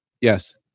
Yes